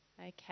Okay